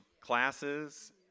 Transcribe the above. classes